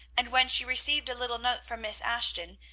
and when she received a little note from miss ashton,